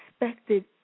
expected